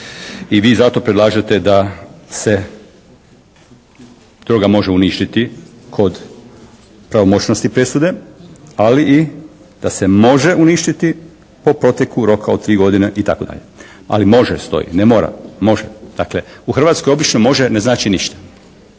I vi zato predlažete da se droga može uništiti kod pravomoćnosti presude ali i da se može uništiti po proteku roka od 3 godine itd. Ali može, stoji, ne mora, može. Dakle u Hrvatskoj obično može ne znači ništa.